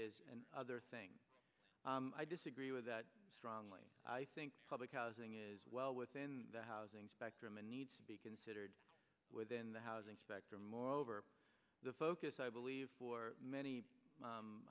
is and other thing i disagree with that strongly i think public housing is well within the housing spectrum and needs to be considered within the housing spectrum moreover the focus i believe for many